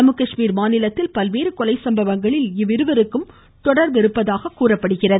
ஜம்மு காஷ்மீர் மாநிலத்தில் பல்வேறு கொலை சம்பவங்களில் இவர்கள் இருவருக்கும் தொடர்பிருப்பதாக கூறப்படுகிறது